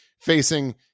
facing